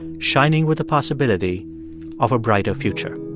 shining with the possibility of a brighter future